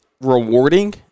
rewarding